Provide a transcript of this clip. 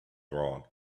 wrong